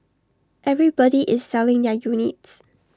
everybody is selling their units